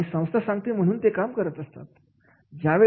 आणि संस्था सांगते म्हणून तो काम करत असतो